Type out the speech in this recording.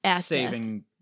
saving